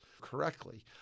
correctly